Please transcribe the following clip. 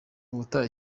ubutaha